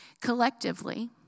Collectively